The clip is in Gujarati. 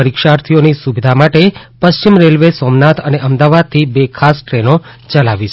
પરીક્ષાર્થીઓની સુવિધા માટે પશ્ચિમ રેલવેએ સોમનાથ અને અમદાવાદથી બે ખાસ ટ્રેનો ચલાવી છે